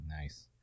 Nice